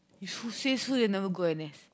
you says whog never go N_S